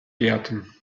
gärten